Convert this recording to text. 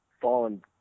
fallen